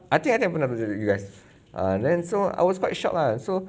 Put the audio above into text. I think ada I pun nak tunjuk you guys ah then so I was quite shocked lah so